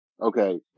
Okay